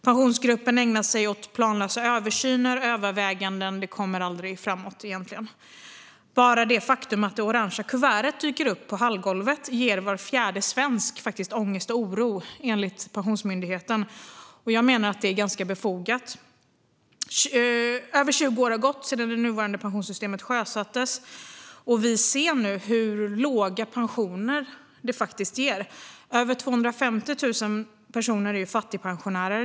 Pensionsgruppen ägnar sig åt planlösa översyner och överväganden men kommer aldrig framåt. Bara det faktum att det orange kuvertet dyker upp på hallgolvet ger var fjärde svensk ångest och oro, enligt Pensionsmyndigheten. Jag menar att det är befogat. Över 20 år har gått sedan det nuvarande pensionssystemet sjösattes, och vi ser nu hur låga pensioner systemet ger. Över 250 000 personer är fattigpensionärer.